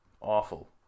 awful